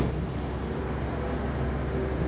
ತೆಂಗಿನ ಮರಕ್ಕೆ ಯಾವ ಗೊಬ್ಬರ ಹಾಕಿದ್ರೆ ಒಳ್ಳೆ ಬೆಳೆ ಬರ್ತದೆ?